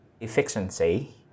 efficiency